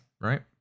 right